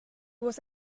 was